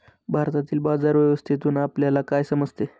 भारतातील बाजार व्यवस्थेतून आपल्याला काय समजते?